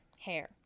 hair